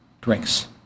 drinks